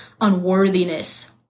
unworthiness